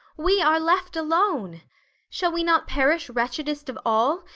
we are left alone shall we not perish wretchedest of all,